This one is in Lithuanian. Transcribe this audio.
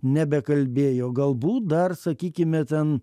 nebekalbėjo galbūt dar sakykime ten